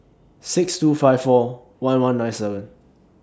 six two five four one one nine seven